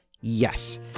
Yes